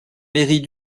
mairie